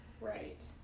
Right